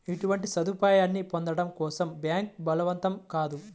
అటువంటి సదుపాయాన్ని పొందడం కోసం బ్యాంక్ బలవంతం కాదు